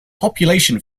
population